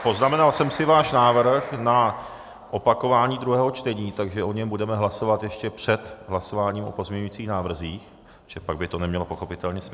Poznamenal jsem si váš návrh na opakování druhého čtení, takže o něm budeme hlasovat ještě před hlasováním o pozměňovacích návrzích, protože pak by to nemělo pochopitelně smysl.